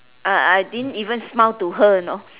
uh I didn't even smile to her you know